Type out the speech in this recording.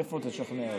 איפה תשכנע אותה?